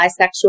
bisexuality